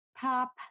pop